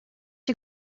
you